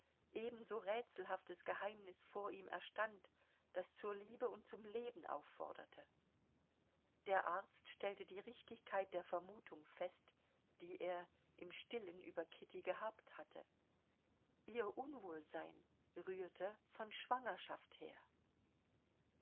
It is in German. ebenso rätselhaftes geheimnis vor ihm erstand das zur liebe und zum leben aufforderte der arzt stellte die richtigkeit der vermutung fest die er im stillen über kitty gehabt hatte ihr unwohlsein rührte von schwangerschaft her